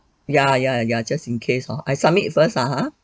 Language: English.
ya ya ya ya just in case oh I submit first ah ha